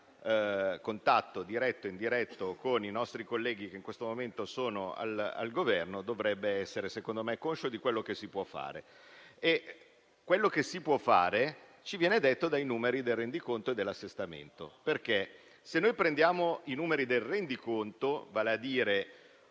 contatto diretto e indiretto con i nostri colleghi che in questo momento sono al Governo, dovrebbe essere, secondo me, conscio di quello che si può fare. Quello che si può fare ci viene detto dai numeri del rendiconto e dell'assestamento, perché se prendiamo i numeri del rendiconto, vale a dire